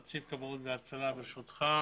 נציב כבאות והצלה, ברשותך.